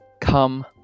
Come